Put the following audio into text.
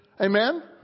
Amen